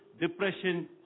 depression